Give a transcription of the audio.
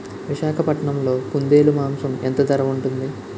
విశాఖపట్నంలో కుందేలు మాంసం ఎంత ధర ఉంటుంది?